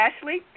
Ashley